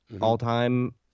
all-time